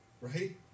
right